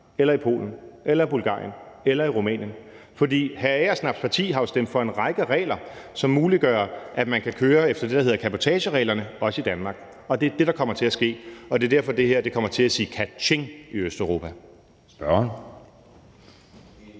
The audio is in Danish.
eller i Polen, Bulgarien eller Rumænien. For hr. Sigurd Agersnaps parti har jo stemt for en række regler, som muliggør, at man kan køre efter det, der hedder cabotagereglerne, også i Danmark, og det er det, der kommer til at ske, og det er derfor, det her kommer til at sige katjing i Østeuropa.